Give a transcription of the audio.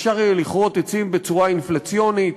אפשר יהיה לכרות עצים בצורה אינפלציונית.